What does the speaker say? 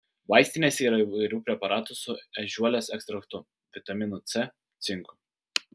vaistinėse yra įvairių preparatų su ežiuolės ekstraktu vitaminu c cinku